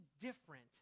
different